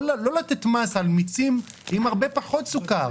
לא להטיל מס על מיצים עם הרבה פחות סוכר?